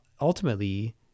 ultimately